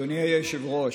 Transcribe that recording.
אדוני היושב-ראש,